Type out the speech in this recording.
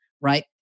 right